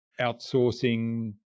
outsourcing